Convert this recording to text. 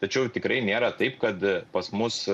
tačiau tikrai nėra taip kad pas mus